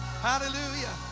hallelujah